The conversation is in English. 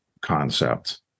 concept